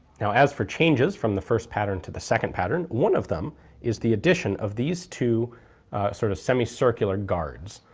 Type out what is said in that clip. now as for changes from the first pattern to the second pattern one of them is the addition of these two sort-of sort of semicircular guards.